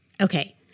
Okay